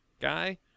guy